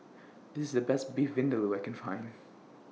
This IS The Best Beef Vindaloo I Can Find